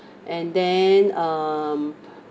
and then um